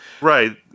Right